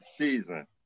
season